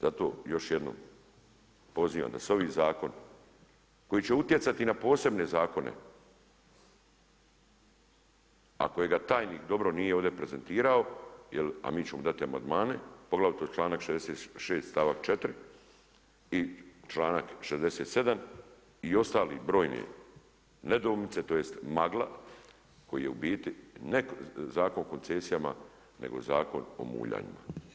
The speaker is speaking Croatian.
Zato još jednom pozivam da se ovi zakoni koji će utjecati na posebne zakone a kojega tajnik dobro nije ovdje prezentirao a mi ćemo dati amandmane, poglavito članak 66. stavak 4. i članak 67. i ostale brojne nedoumice tj. magla koji je u biti ne Zakon o koncesijama nego Zakon o muljanima.